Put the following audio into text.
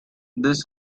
this